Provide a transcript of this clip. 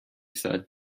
said